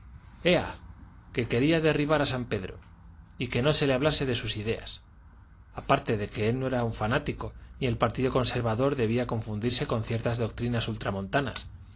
ea que quería derribar a san pedro y que no se le hablase de sus ideas aparte de que él no era un fanático ni el partido conservador debía confundirse con ciertas doctrinas